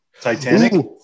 Titanic